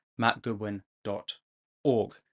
mattgoodwin.org